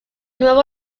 nuevo